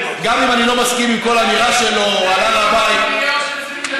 אני לא בטוח שעוד 20 שנה,